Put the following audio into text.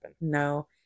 no